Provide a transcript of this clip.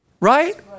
Right